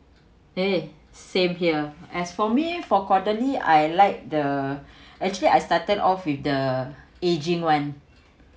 eh same here as for me for quarterly I like the actually I started off with the aging [one]